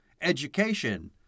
education